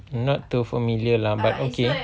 not too familiar lah but okay